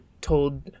told